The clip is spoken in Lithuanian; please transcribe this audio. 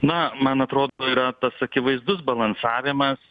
na man atrodo yra tas akivaizdus balansavimas